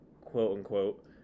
quote-unquote